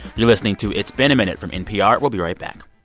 you're listening to it's been a minute from npr. we'll be right back